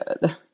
good